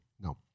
No